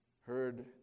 heard